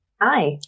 Hi